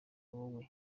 wowe